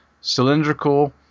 cylindrical